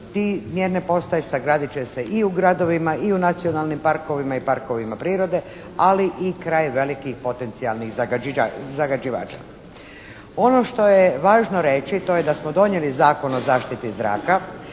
te mjerne postaje sagradit će se i u gradovima i u nacionalnim parkovima i parkovima prirode ali i kraj velikih potencijalnih zagađivača. Ono što je važno reći to je da smo donijeli Zakon o zaštiti zraka,